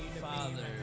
father